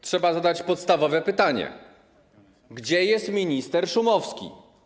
Trzeba zadać podstawowe pytanie: Gdzie jest minister Szumowski?